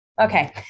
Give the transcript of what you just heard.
Okay